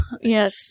Yes